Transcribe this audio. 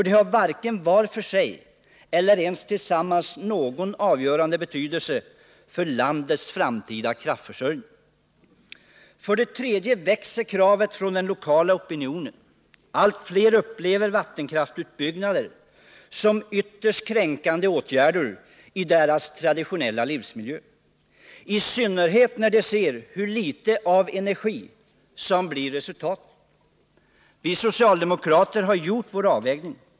De har varken var för sig eller ens tillsammans någon avgörande betydelse för landets framtida kraftförsörjning. För det tredje växer kravet från den lokala opinionen. Allt fler upplever vattenkraftsutbyggnader som ytterst kränkande åtgärder i deras traditionella livsmiljö, i synnerhet när de ser hur litet av energi som blir resultatet. Vi socialdemokrater har gjort vår avvägning.